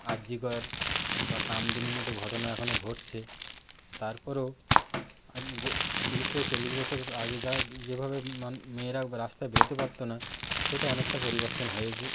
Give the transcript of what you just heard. আর G Kar বা কামদুনির মতো ঘটনা এখনও ঘটছে তার পরেও তিরিশ থেকে চল্লিশ বছর আগে যা যেভাবে মেয়েরা রাস্তায় বেরোতে পারত না সেটা অনেকটা পরিবর্তন হয়েছে